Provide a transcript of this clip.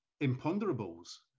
imponderables